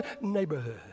neighborhood